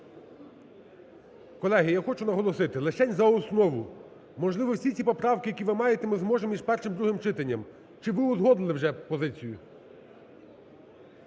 Колеги, я хочу наголосити, лишень за основу, можливо, всі ці поправки, які ви маєте, ми зможемо між і другим читанням. Чи ви узгодили вже позицію?